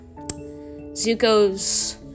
Zuko's